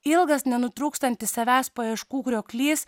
ilgas nenutrūkstantis savęs paieškų krioklys